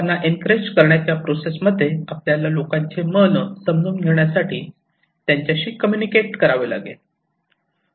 लोकांना एनक्रेज करण्याच्या प्रोसेस मध्ये आपल्याला लोकांचे मन समजून घेण्यासाठी त्यांच्याशी कम्युनिकेट करावे लागेल